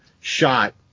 shot